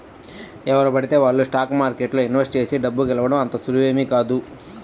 ఎవరు పడితే వాళ్ళు స్టాక్ మార్కెట్లో ఇన్వెస్ట్ చేసి డబ్బు గెలవడం అంత సులువేమీ కాదు